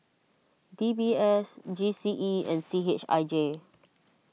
D B S G C E and C H I J